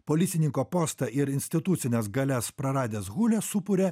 policininko postą ir institucines galias praradęs hūlė supuria